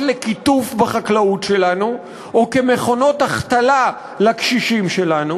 לקיטוף בחקלאות שלנו וכמכונות החתלה לקשישים שלנו,